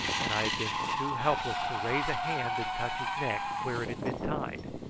and i had been too helpless to raise a hand and touch his neck where it had been tied.